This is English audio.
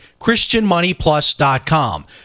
christianmoneyplus.com